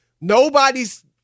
Nobody's